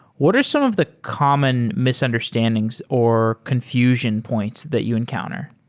what are some of the common misunderstandings, or confusion points that you encounter?